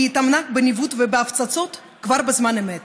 והיא התאמנה בניווט ובהפצצות כבר בזמן אמת.